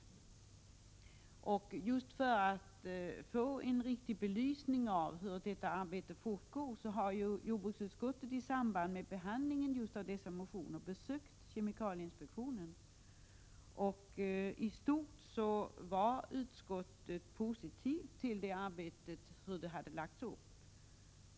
För att få en belysning av hur arbetet inom kemikalieinspektionen fortgår har jordbruksutskottet i samband med behandlingen av motionerna besökt inspektionen, och utskottet ställde sig i stort sett positivt till arbetets uppläggning.